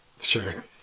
sure